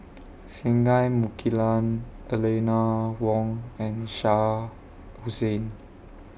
Singai Mukilan Eleanor Wong and Shah Hussain